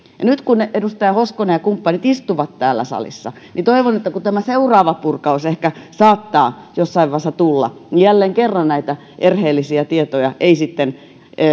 nyt kun edustaja hoskonen ja kumppanit istuvat täällä salissa toivon että kun tämä seuraava purkaus ehkä saattaa jossain vaiheessa tulla niin jälleen kerran näitä erheellisiä tietoja ei sitten